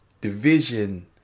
division